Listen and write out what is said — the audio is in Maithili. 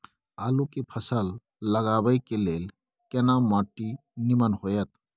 आलू के फसल लगाबय के लेल केना माटी नीमन होयत?